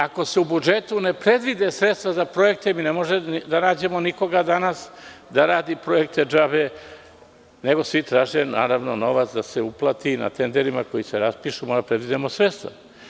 Ako se u budžetu ne predvide sredstva za projekte, ne možemo da nađemo nikoga danas da radi projekte džabe, nego svi traže da se novac uplati, na tenderima koji se raspišu moramo da predvidimo sredstva.